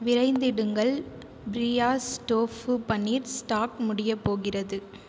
விரைந்திடுங்கள் பிரியாஸ் tofu paneer stock முடியப் போகிறது